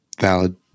valid